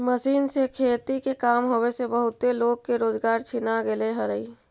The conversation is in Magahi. मशीन से खेती के काम होवे से बहुते लोग के रोजगार छिना गेले हई